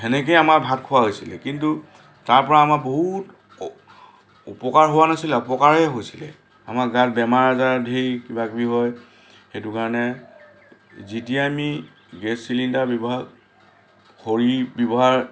সেনেকৈ আমাৰ ভাত খোৱা হৈছিলে কিন্তু তাৰপৰা আমাৰ বহুত উপকাৰ হোৱা নাছিলে অপকাৰহে হৈছিলে আমাৰ গাত বেমাৰ আজাৰ ধেৰ কিবা কিবি হয় সেইটো কাৰণে যেতিয়াই আমি গেছ চিলিণ্ডাৰ ব্যৱহাৰ খৰি ব্যৱহাৰ